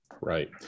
Right